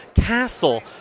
castle